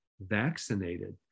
vaccinated